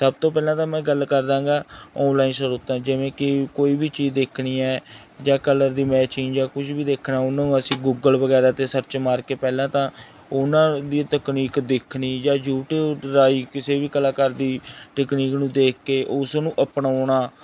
ਸਭ ਤੋਂ ਪਹਿਲਾਂ ਤਾਂ ਮੈਂ ਗੱਲ ਕਰਦਾਂਗਾ ਆਨਲਾਈਨ ਸਰੋਤਿਆਂ ਜਿਵੇਂ ਕਿ ਕੋਈ ਵੀ ਚੀਜ਼ ਦੇਖਣੀ ਹੈ ਜਾਂ ਕਲਰ ਦੀ ਮੈਚਿੰਗ ਜਾਂ ਕੁਝ ਵੀ ਦੇਖਣਾ ਉਹਨੂੰ ਅਸੀਂ ਗੂਗਲ ਵਗੈਰਾ 'ਤੇ ਸਰਚ ਮਾਰ ਕੇ ਪਹਿਲਾਂ ਤਾਂ ਉਹਨਾਂ ਦੀ ਤਕਨੀਕ ਦੇਖਣੀ ਜਾਂ ਯੂਟੀਊਬ ਰਾਹੀਂ ਕਿਸੇ ਵੀ ਕਲਾਕਾਰ ਦੀ ਟੈਕਨੀਕ ਨੂੰ ਦੇਖ ਕੇ ਉਸ ਨੂੰ ਅਪਣਾਉਣਾ